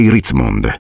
Ritzmond